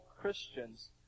Christians